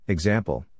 Example